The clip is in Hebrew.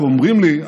כי אומרים לי,